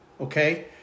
Okay